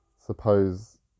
suppose